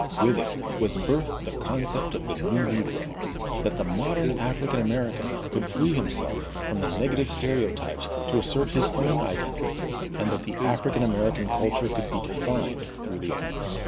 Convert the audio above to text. with it was birthed the concept of the new negro that the modern african american could free himself from the negative stereotypes to assert his own identity and that african american culture could be defined through the arts.